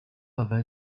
over